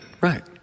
Right